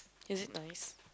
is it nice